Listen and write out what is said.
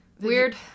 Weird